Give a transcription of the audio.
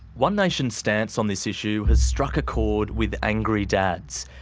one nation's stance on this issue has struck a chord with angry dads.